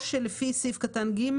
או לפי סעיף קטן (ג),